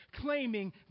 claiming